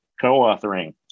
co-authoring